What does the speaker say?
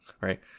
right